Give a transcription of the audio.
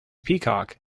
peacock